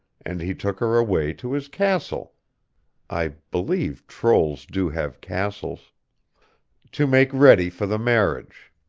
and he took her away to his castle i believe trolls do have castles to make ready for the marriage.